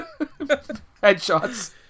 headshots